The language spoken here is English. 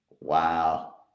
wow